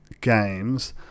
games